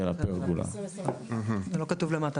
אתה צודק, זה לא כתוב למטה.